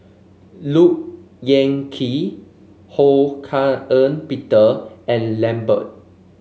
Look Yan Kit Ho Hak Ean Peter and Lambert